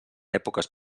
èpoques